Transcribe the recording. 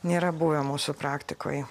nėra buvę mūsų praktikoj